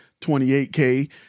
28K